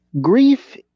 Grief